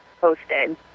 posted